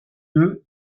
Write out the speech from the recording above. deux